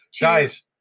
Guys